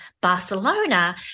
Barcelona